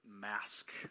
mask